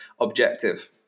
objective